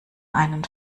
einen